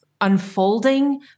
unfolding